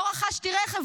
לא רכשתי רכב,